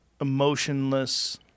emotionless